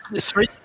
three